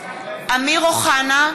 אמיר אוחנה,